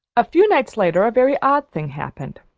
a few nights later a very odd thing happened.